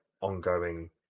ongoing